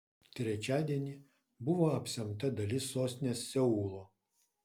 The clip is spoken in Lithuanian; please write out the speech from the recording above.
trečiadienį buvo apsemta dalis sostinės seulo